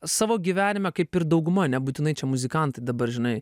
savo gyvenime kaip ir dauguma nebūtinai čia muzikantai dabar žinai